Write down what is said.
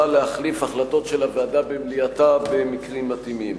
בא להחליף החלטות של הוועדה במליאתה במקרים מתאימים.